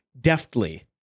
deftly